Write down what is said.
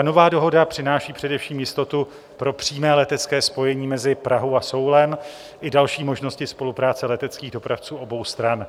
Nová dohoda přináší především jistotu pro přímé letecké spojení mezi Prahou a Soulem i další možnosti spolupráce leteckých dopravců obou stran.